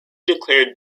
declared